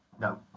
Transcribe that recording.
No